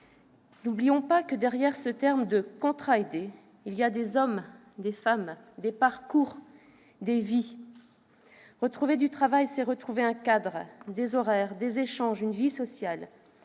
N'oublions pas que derrière ce terme de « contrat aidé », il y a des hommes, des femmes, des parcours, des vies. Retrouver du travail, c'est retrouver un cadre, des horaires, des échanges, une vie sociale